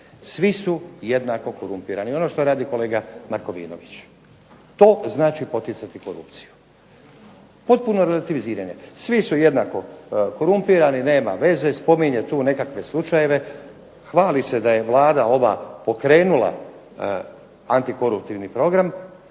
Svi su jednako korumpirani. Ono što radi kolega Markovinović. To znači poticati korupciju. Potpuno relativiziranje. Svi su jednako korumpirani, nema veze, spominje tu nekakve slučajeve, hvali se da je Vlada ova pokrenula antikoruptivni program.